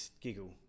giggle